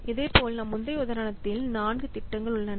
இதேபோல் நம் முந்தைய உதாரணத்தில் நான்கு திட்டங்கள் உள்ளன